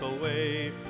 away